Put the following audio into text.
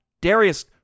Darius